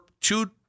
two